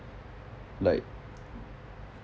like